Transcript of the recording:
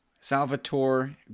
Salvatore